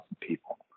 people